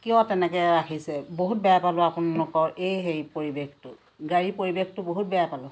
কিয় তেনেকৈ ৰাখিছে বহুত বেয়া পালোঁ আপোনালোকৰ এই হেৰি পৰিৱেশটো গাড়ীৰ পৰিৱেশটো বহুত বেয়া পালোঁ